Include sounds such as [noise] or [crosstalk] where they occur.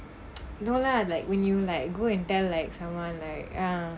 [noise] no lah like when you like go and tell like someone like ah